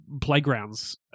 playgrounds